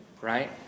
right